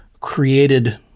created